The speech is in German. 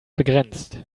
begrenzt